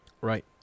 Right